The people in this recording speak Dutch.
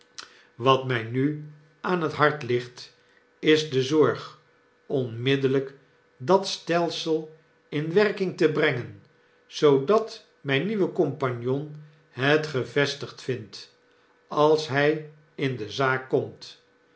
wat mij nana aan het hart ligt isdezorg onmiddellyk dat stelsel in werking te brengen zoodat mijn nieuwe compagnon het gevestigd vindt als hy in de zaak komt